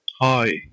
Hi